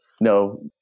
no